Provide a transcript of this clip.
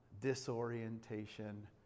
disorientation